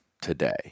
Today